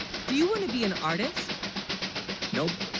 do you, want to be an artist nope,